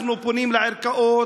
אנחנו פונים לערכאות,